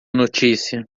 notícia